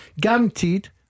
Guaranteed